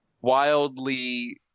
wildly